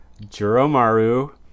Juromaru